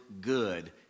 good